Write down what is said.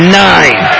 nine